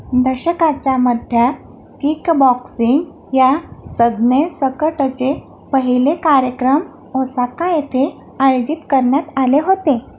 दशकाच्या मध्या किकबॉक्सिन् या संज्ञेसकटचे पहिले कार्यक्रम ओसाका येथे आयोजित करण्यात आले होते